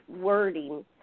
wording